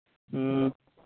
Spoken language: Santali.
ᱦᱩᱸ